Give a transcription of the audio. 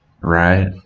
right